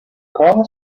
corner